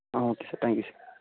ah okay sir thank you sir